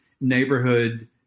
neighborhood